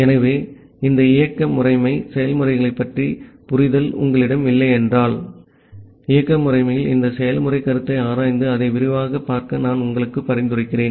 ஆகவே இந்த இயக்க முறைமை செயல்முறைகளைப் பற்றிய புரிதல் உங்களிடம் இல்லையென்றால் இயக்க முறைமையில் இந்த செயல்முறை கருத்தை ஆராய்ந்து அதை விரிவாகப் பார்க்க நான் உங்களுக்கு பரிந்துரைக்கிறேன்